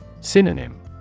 Synonym